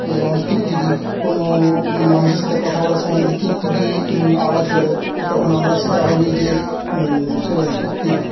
এই যেমন টিকটিকি কোনো মানুষের সাথে কথা বলার সময় যদি টিকটিকি আওয়াজ করে তো তখন আমরা সেটা ভাবি যে সত্যি